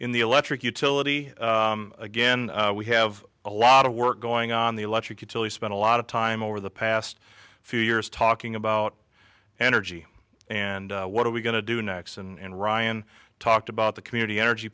in the electric utility again we have a lot of work going on the electric utilities spent a lot of time over the past few years talking about energy and what are we going to do next and ryan talked about the community energy